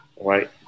Right